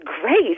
great